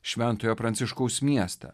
šventojo pranciškaus miestą